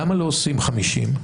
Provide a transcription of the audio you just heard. למה לא עושים 50?